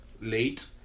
late